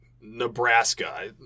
Nebraska